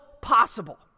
possible